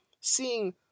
seeing